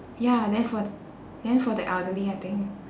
ya then for th~ then for the elderly I think